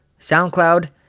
SoundCloud